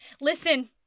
Listen